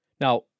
Now